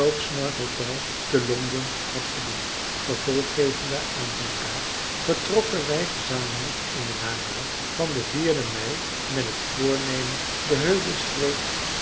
hotel te londen had gediend gevolg gevende aan zijn raad vertrokken wij gezamenlijk in den namiddag van den den mei met het voornemen de